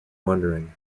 wondering